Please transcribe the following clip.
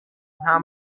nta